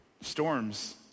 Storms